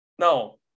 No